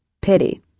Pity